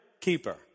keeper